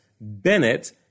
Bennett